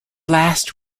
last